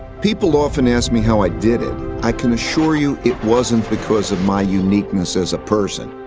people often ask me how i did it. i can assure you it wasn't because of my uniqueness as a person.